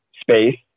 space